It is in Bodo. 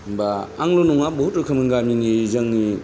बा आंल' नङा बहुद रोखोमनि गामिनि जोंनि